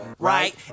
Right